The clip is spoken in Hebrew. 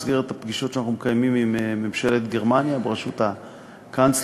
במסגרת הפגישות שאנחנו מקיימים עם ממשלת גרמניה בראשות הקנצלרית,